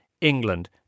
England